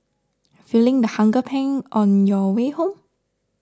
feeling the hunger pangs on your way home